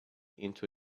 into